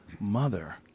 mother